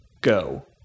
go